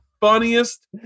funniest